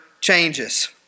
changes